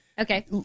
Okay